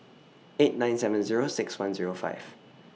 eight nine seven Zero six one Zero five